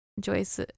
joyce